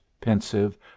pensive